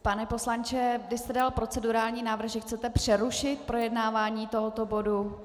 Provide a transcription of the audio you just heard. Pane poslanče, vy jste dal procedurální návrh, že chcete přerušit projednávání tohoto bodu?